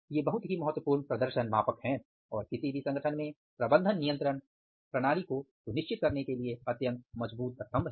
ये बहुत ही महत्वपूर्ण प्रदर्शन मापक हैं और किसी भी संगठन में प्रबंधन नियंत्रण प्रणाली को सुनिश्चित करने के लिए अत्यंत मजबूत स्तंभ हैं